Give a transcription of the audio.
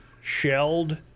shelled